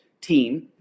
team